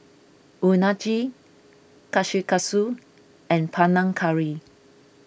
Unagi Kushikatsu and Panang Curry